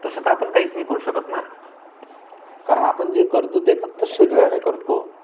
तसं तर आपण काहीच नाही करू शकत ना कारण आपण जे करतो ते फक्त शरीराने करतो